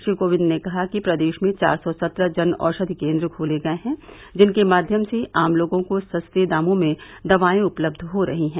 श्री कोविंद ने कहा कि प्रदेश में चार सौ सत्रह जन औषधि केन्द्र खोले गये है जिनके माध्यम से आम लोगों को सस्ते दामों में दवायें उपलब्ध हो रही हैं